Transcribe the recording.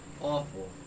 Awful